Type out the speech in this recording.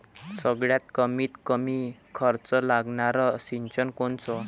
सगळ्यात कमीत कमी खर्च लागनारं सिंचन कोनचं?